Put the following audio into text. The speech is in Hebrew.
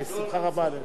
בשמחה רבה.